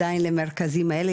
עדיין למרכזים האלה,